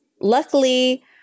luckily